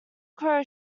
crow